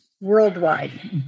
worldwide